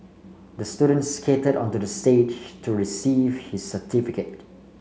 the student skated onto the stage to receive his certificate